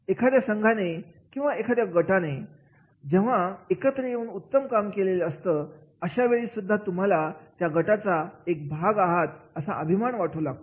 एखाद्या संघाने किंवा एखाद्या गटाने जेव्हा एकत्र येऊन उत्तम काम केलेलं असतं अशावेळी सुद्धा तुम्ही त्या गटाचा एक भाग आहात असा अभिमान तुम्हाला वाटू शकतो